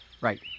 Right